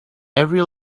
every